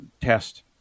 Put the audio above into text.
test